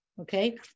Okay